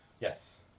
yes